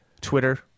Twitter